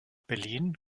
berlin